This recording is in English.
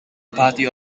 party